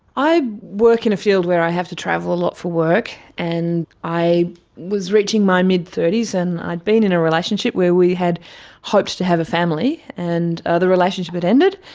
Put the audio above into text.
i work in a field where i have to travel a lot for work, and i was reaching my mid thirty s, and i'd been in a relationship where we had hoped to have a family, and the relationship had ended.